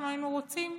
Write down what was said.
אנחנו היינו רוצים,